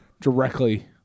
directly